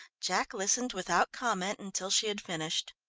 jack listened without comment until she had finished.